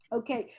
okay.